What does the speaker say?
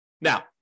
Now